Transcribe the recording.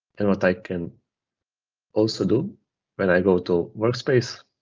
and what i can also do when i go to workspace,